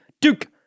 Duke